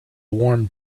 warm